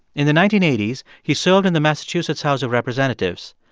in the nineteen eighty s, he served in the massachusetts house of representatives.